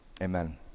amen